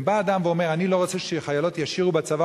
אם בא אדם ואומר: אני לא רוצה שחיילות ישירו בצבא,